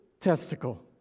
testicle